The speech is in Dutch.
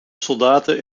soldaten